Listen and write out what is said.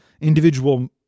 individual